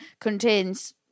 contains